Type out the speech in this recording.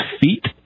feet